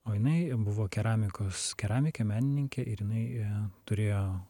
o jinai buvo keramikos keramikė menininkė ir jinai turėjo